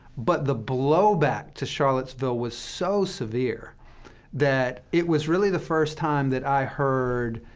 but the blowback to charlottesville was so severe that it was really the first time that i heard,